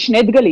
יש שני דגלים.